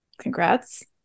congrats